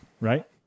Right